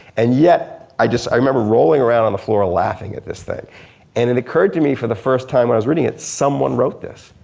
and yet i just, i remember rolling around on the floor laughing at this thing and it occurred to me the first time i was reading it someone wrote this.